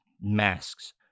masks